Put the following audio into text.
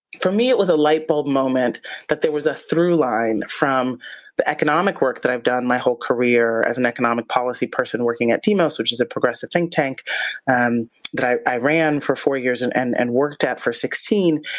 for me it was a light bulb moment that there was a through line from the economic work that i've done my whole career as an economic policy person working at demos, which is a progressive think tank and that i i ran for four years and and and worked at for sixteen,